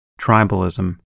tribalism